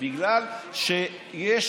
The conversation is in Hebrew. בגלל שיש